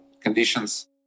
conditions